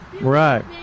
right